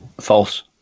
False